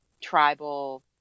tribal